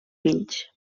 fills